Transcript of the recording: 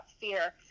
fear